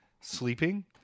sleeping